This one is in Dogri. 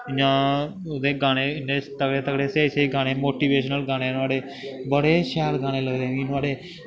इ'यां ओह्दे गाने इन्ने तगड़े तगड़े स्हेई स्हेई गाने मोटिवेशनल गाने नुहाड़े बड़े शैल गाने लगदे मिगी नुहाड़े